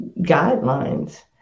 guidelines